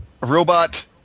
robot